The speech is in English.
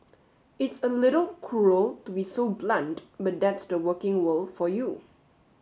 it's a little cruel to be so blunt but that's the working world for you